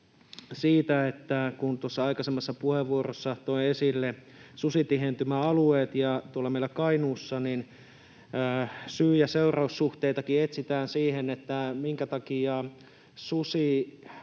siitä, että kun tuossa aikaisemmassa puheenvuorossani toin esille susitihentymäalueet ja tuolla meillä Kainuussa syy- ja seuraussuhteitakin etsitään siihen, minkä takia